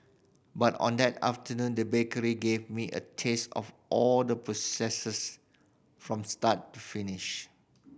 but on that afternoon the bakery gave me a taste of all the processes from start to finish